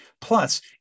Plus